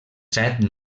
set